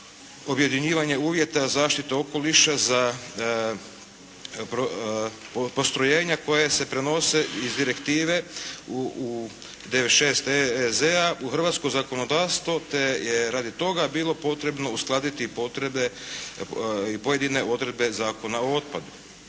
objedinjivanje uvjeta zaštite okoliša za postrojenja koja se prenose iz direktive u 96 EEZ-a u hrvatsko zakonodavstvo te je radi toga bilo potrebno uskladiti potvrde i pojedine odredbe Zakona o otpadu.